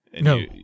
No